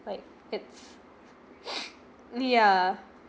like it's yeah